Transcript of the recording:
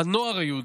הנוער היהודי,